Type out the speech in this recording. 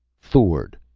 thord!